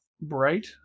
bright